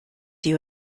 you